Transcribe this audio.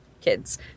kids